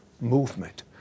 movement